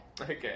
Okay